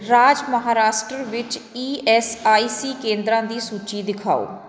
ਰਾਜ ਮਹਾਰਾਸ਼ਟਰ ਵਿੱਚ E S I C ਕੇਂਦਰਾਂ ਦੀ ਸੂਚੀ ਦਿਖਾਓ